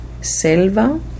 selva